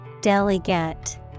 Delegate